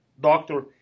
doctor